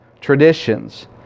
traditions